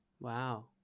Wow